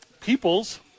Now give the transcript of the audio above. peoples